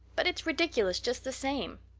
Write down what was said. but it's ridiculous just the same.